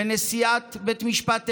ונשיאת בית משפט עליון,